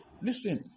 Listen